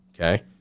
okay